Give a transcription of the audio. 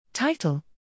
Title